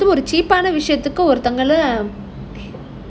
now I wonder விஷயத்துக்கு ஒருத்தங்கள:vishayathuku oruthangala